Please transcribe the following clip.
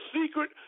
secret